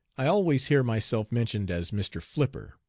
i always hear myself mentioned as mr. flipper.